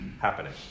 happening